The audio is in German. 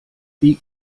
wie